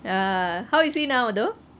ya how is he now though